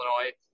Illinois